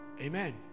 Amen